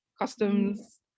customs